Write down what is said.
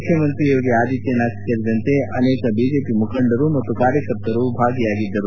ಮುಖ್ಯಮಂತ್ರಿ ಯೋಗಿ ಆದಿತ್ವನಾಥ್ ಸೇರಿದಂತೆ ಅನೇಕ ಬಿಜೆಪಿ ಮುಖಂಡರು ಕಾರ್ಯಕರ್ತರು ಭಾಗಿಯಾಗಿದ್ದರು